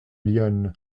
lyonne